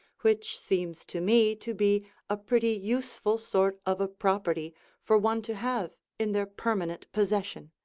which seems to me to be a pretty useful sort of a property for one to have in their permanent possession.